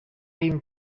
him